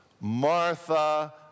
Martha